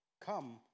Come